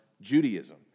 Judaism